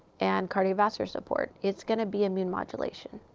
and cardiovascular support. it's going to be immune modulation.